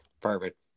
perfect